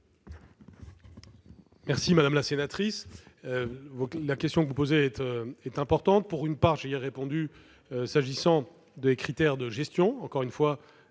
Madame la sénatrice, la question que vous posez est importante. J'y ai répondu s'agissant des critères de gestion et, encore une fois,